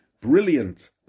brilliant